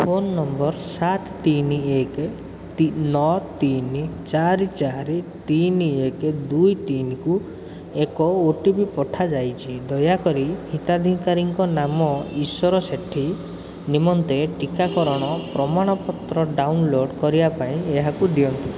phone number ସାତ ତିନି ଏକ ନଅ ତିନି ଚାରି ଚାରି ତିନି ଏକ ଦୁଇ ତିନିକୁ ଏକ ଓ ଟି ପି ପଠା ଯାଇଛି ଦୟାକରି ହିତାଧିକାରୀଙ୍କ ନାମ ଈଶ୍ୱର ସେଠୀ ନିମନ୍ତେ ଟିକାକରଣ ପ୍ରମାଣପତ୍ର ଡାଉନଲୋଡ଼୍ କରିବା ପାଇଁ ଏହାକୁ ଦିଅନ୍ତୁ